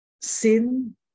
Sin